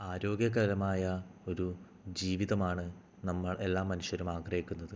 ആരോഗ്യകരമായ ഒരു ജീവിതമാണ് നമ്മൾ എല്ലാ മനുഷ്യരും ആഗ്രഹിക്കുന്നത്